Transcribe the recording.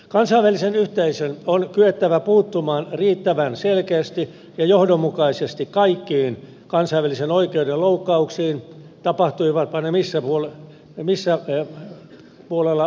kansainvälisen yhteisön on kyettävä puuttumaan riittävän selkeästi ja johdonmukaisesti kaikkiin kansainvälisen oikeuden loukkauksiin tapahtuivatpa ne millä puolella maailmaa ta hansa